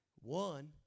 One